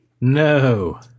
No